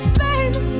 baby